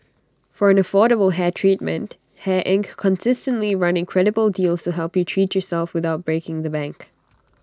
for an affordable hair treatment hair Inc constantly run incredible deals help you treat yourself without breaking the bank